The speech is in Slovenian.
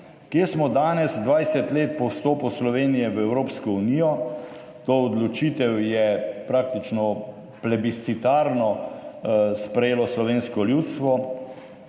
kje smo danes, 20 let po vstopu Slovenije v Evropsko unijo. To odločitev je praktično plebiscitarno sprejelo slovensko ljudstvo.